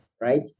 right